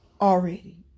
already